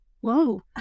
Whoa